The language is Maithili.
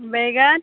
बैंगन